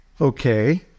Okay